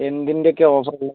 എന്തിൻ്റെയൊക്കെയാ offer ഉള്ളത്